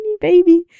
baby